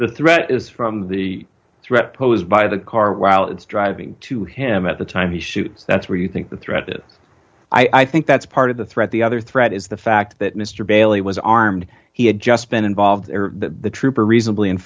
the threat is from the threat posed by the car while it's driving to him at the time he shoots that's where you think the threat is i think that's part of the threat the other threat is the fact that mr bailey was armed he had just been involved the trooper reasonably